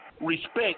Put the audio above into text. respect